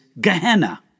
Gehenna